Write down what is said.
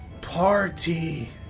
Party